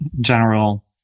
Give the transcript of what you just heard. general